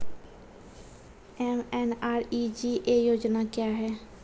MNREGA योजना क्या हैं?